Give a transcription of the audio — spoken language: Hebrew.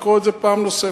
לקרוא את זה פעם נוספת.